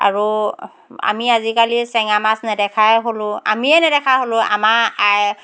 আৰু আমি আজিকালি চেঙা মাছ নেদেখাই হ'লোঁ আমিয়ে নেদেখা হ'লোঁ আমাৰ আই